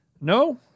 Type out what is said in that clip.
No